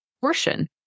portion